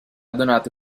donato